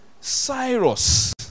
Cyrus